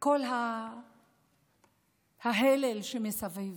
שומרים וכל ההלל שמסביב?